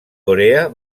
corea